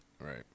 right